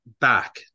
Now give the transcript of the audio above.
back